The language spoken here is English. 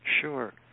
Sure